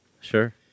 Sure